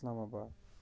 اسلام آباد